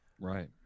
Right